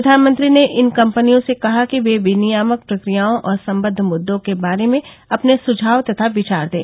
प्रधानमंत्री ने इन कंपनियों से कहा कि वे विनियामक प्रक्रियाओं और संबंद मुद्दों के बारे में अपने सुझाव तथा विचार दें